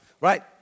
right